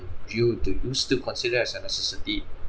view to lose to consider as a necessity